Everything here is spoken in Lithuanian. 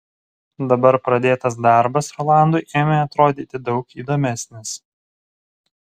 dabar pradėtas darbas rolandui ėmė atrodyti daug įdomesnis